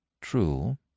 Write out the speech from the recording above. True